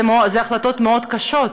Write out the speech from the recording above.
אלה החלטות מאוד קשות.